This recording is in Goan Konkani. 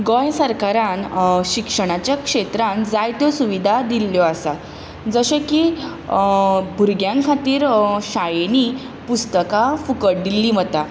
गोंय सरकारान शिक्षणाच्या क्षेत्रांत जायत्यो सुविधा दिल्ल्यो आसा जशें की भुरग्यां खातीर शाळेंनी पुस्तकां फुकट दिल्लीं वता